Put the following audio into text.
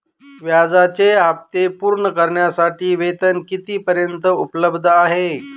व्याजाचे हप्ते पूर्ण करण्यासाठी वेतन किती पर्यंत उपलब्ध आहे?